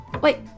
Wait